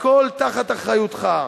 הכול תחת אחריותך.